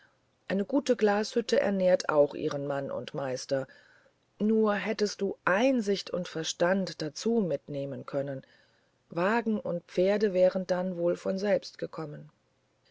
eine gute glashütte nährt auch ihren mann und meister nur hättest du einsicht und verstand dazu mitnehmen können wagen und pferde wären dann wohl von selbst gekommen